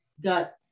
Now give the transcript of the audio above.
got